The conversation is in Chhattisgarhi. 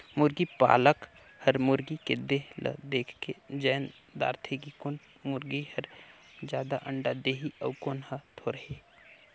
मुरगी पालक हर मुरगी के देह ल देखके जायन दारथे कि कोन मुरगी हर जादा अंडा देहि अउ कोन हर थोरहें